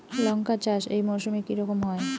লঙ্কা চাষ এই মরসুমে কি রকম হয়?